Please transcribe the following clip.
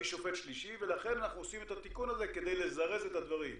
שופט שלישי ולכן אנחנו עושים את התיקון הזה כדי לזרז את הדברים.